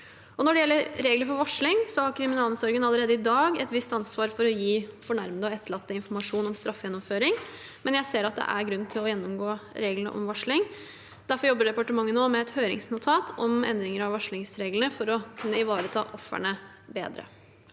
Når det gjelder regler for varsling, har kriminalomsorgen allerede i dag et visst ansvar for å gi fornærmede og etterlatte informasjon om straffegjennomføring, men jeg ser at det er grunn til å gjennomgå reglene om varsling. Derfor jobber departementet nå med et høringsnotat om endringer av varslingsreglene for å kunne ivareta ofrene bedre.